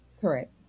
Correct